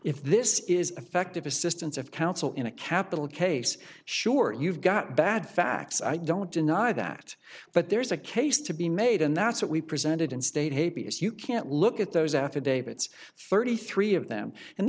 if this is effective assistance of counsel in a capital case sure you've got bad facts i don't deny that but there's a case to be made and that's what we presented in state hate because you can't look at those affidavits thirty three of them and